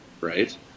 right